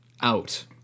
out